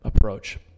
approach